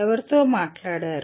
ఎవరితో మాట్లాడారు